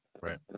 Right